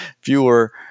fewer—